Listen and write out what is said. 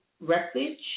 wreckage